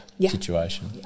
situation